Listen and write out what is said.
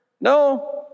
No